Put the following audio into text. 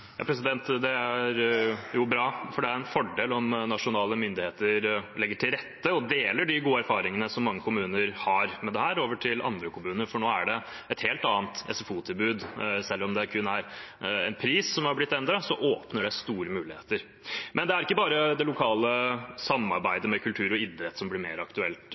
Det er bra, for det er en fordel om nasjonale myndigheter legger til rette for og deler de gode erfaringene som mange kommuner har med dette, med andre kommuner, for nå er det et helt annet SFO-tilbud. Selv om det kun er pris som har blitt endret, åpner det for store muligheter. Men det er ikke bare det lokale samarbeidet med kultur og idrett som blir mer aktuelt.